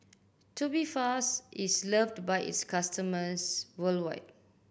Tubifast is loved by its customers worldwide